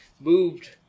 moved